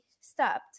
stopped